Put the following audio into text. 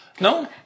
No